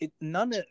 none